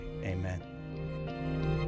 Amen